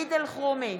סעיד אלחרומי,